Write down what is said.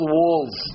walls